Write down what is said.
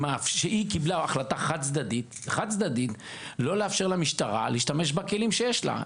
שהיא קיבלה החלטה חד-צדדית לא לאפשר למשטרה להשתמש בכלים שיש לה.